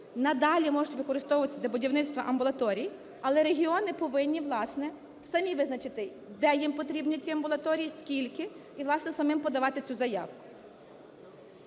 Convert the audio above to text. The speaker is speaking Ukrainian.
надалі можуть використовуватися для будівництва амбулаторій. Але регіони повинні, власне, самі визначити, де їм потрібні ці амбулаторії, скільки і, власне, самим подавати цю заявку.